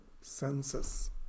senses